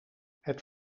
het